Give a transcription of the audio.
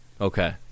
Okay